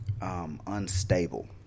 unstable